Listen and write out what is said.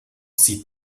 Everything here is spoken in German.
sie